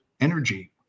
energy